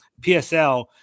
PSL